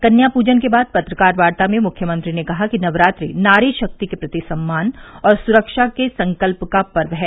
कन्या पूजन के बाद पत्रकार वार्ता में मुख्यमंत्री ने कहा कि नवरात्रि नारी शक्ति के प्रति सम्मान और सुरक्षा के संकल्प का पर्व है